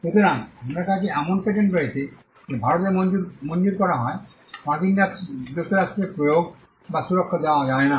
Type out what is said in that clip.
সুতরাং আপনার কাছে এমন পেটেন্ট রয়েছে যা ভারতে মঞ্জুর করা হয় মার্কিন যুক্তরাষ্ট্রে প্রয়োগ বা সুরক্ষা দেওয়া যায় না